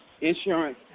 insurance